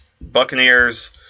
Buccaneers